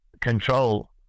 control